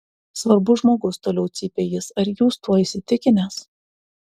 svarbus žmogus toliau cypė jis ar jūs tuo įsitikinęs